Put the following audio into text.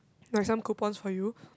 like some coupons for you